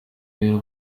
rero